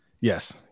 Yes